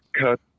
cut